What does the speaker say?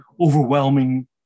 overwhelming